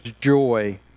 joy